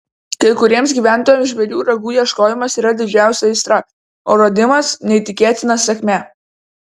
kai kuriems gyventojams žvėrių ragų ieškojimas yra didžiausia aistra o radimas neįtikėtina sėkmė